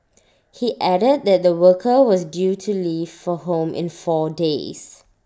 he added that the worker was due to leave for home in four days